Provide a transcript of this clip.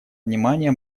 внимание